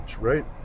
right